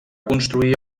construir